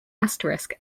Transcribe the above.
asterisk